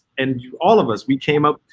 and you, all of us, we came up,